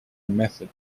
method